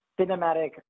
cinematic